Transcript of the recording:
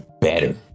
better